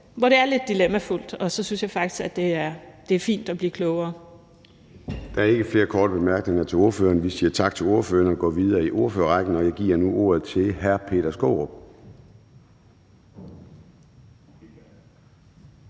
hvor det er lidt dilemmafyldt, og så synes jeg faktisk, at det er fint at blive klogere. Kl. 10:48 Formanden (Søren Gade): Der er ikke flere korte bemærkninger til ordføreren. Vi siger tak til ordføreren og går videre i ordførerrækken, og jeg giver nu ordet til hr. Peter Skaarup.